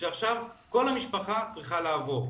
שעכשיו כל המשפחה צריכה לעבור.